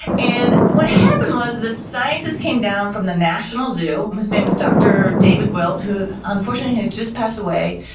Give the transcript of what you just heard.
and what happened was this scientist came down from the national zoo, his name was dr. david wildt, who unfortunately has just passed away.